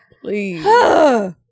Please